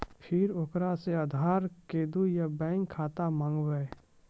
फिर ओकरा से आधार कद्दू या बैंक खाता माँगबै?